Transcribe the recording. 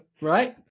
right